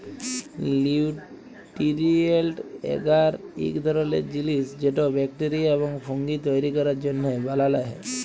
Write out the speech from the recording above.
লিউটিরিয়েল্ট এগার ইক ধরলের জিলিস যেট ব্যাকটেরিয়া এবং ফুঙ্গি তৈরি ক্যরার জ্যনহে বালাল হ্যয়